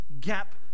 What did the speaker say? gap